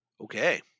okay